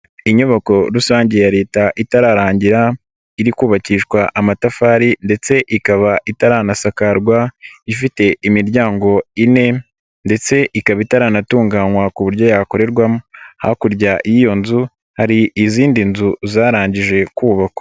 Inyubako rusange ya leta itararangira, iri kubakishwa amatafari ndetse ikaba itaranasakarwa, ifite imiryango ine ndetse ikaba itaranatunganywa ku buryo yakorerwamo. Hakurya y'iyo nzu, hari izindi nzu zarangije kubakwa.